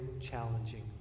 challenging